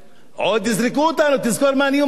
עוד יזרקו אותנו, תזכור מה אני אומר לך.